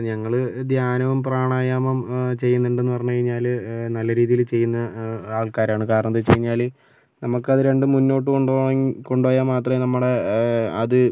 ഞങ്ങള് ധ്യാനവും പ്രാണായാമം ചെയ്യുന്നുണ്ടെന്ന് പറഞ്ഞു കഴിഞ്ഞാല് നല്ല രീതിയില് ചെയ്യുന്ന ആൾക്കാരാണ് കാരണമെന്താണ് വെച്ച് കഴിഞ്ഞാല് നമുക്കത് രണ്ടും മുന്നോട്ട് കൊണ്ടുപോകാൻ കൊണ്ടുപോയാൽ മാത്രമേ നമ്മുടെ അത്